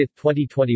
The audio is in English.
2021